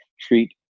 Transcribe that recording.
treat